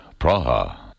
Praha